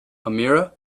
amira